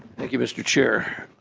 thank you mr. chair